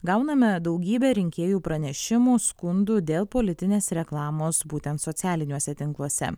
gauname daugybę rinkėjų pranešimų skundų dėl politinės reklamos būtent socialiniuose tinkluose